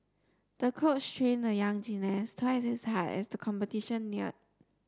the coach trained the young gymnast twice as hard as the competition neared